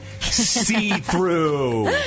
See-Through